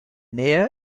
nähe